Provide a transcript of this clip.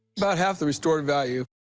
about half the restored value,